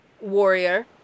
warrior